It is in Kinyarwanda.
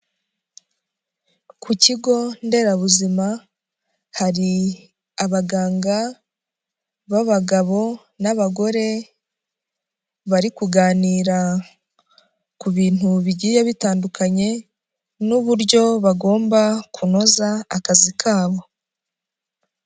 Ku kigo nderabuzima, hari abaganga b'abagabo n'abagore bari kuganira ku bintu bigiye bitandukanye n'uburyo bagomba kunoza akazi kabo.